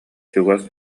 чугас